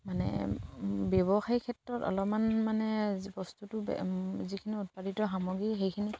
মানে ব্যৱসায়ী ক্ষেত্ৰত অলপমান মানে বস্তুটো যিখিনি উৎপাদিত সামগ্ৰী সেইখিনি